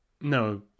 No